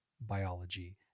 biology